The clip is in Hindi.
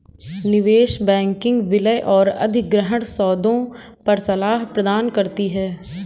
निवेश बैंकिंग विलय और अधिग्रहण सौदों पर सलाह प्रदान करती है